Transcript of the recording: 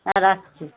হ্যাঁ রাখছি